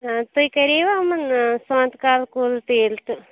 آ تۄہہِ کَریوا یِمَن سونٛتہٕ کالہٕ کُل پینٛٹ تہٕ